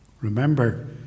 Remember